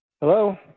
Hello